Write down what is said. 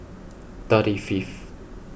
thirty fiveth